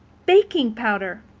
baking powder.